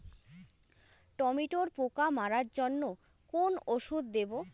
টমেটোর পোকা মারার জন্য কোন ওষুধ দেব?